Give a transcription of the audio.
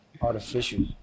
Artificial